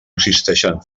existeixen